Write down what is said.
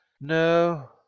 No